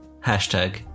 hashtag